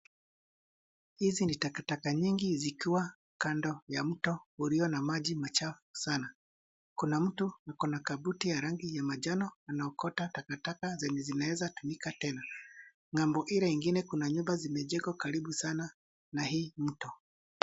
Hizi ni takataka nyingi zikiwa kando ya mto ulio na maji machafu sana kuna mtu ako na kabuti ya rangi ya manjano ana okota takataka zenye zinaweza tumika tena. Ngambo ile ingine kuna nyumba zimejengwa karibu sana na hii mto.